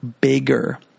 bigger –